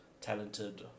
talented